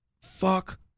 fuck